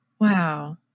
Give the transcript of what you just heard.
Wow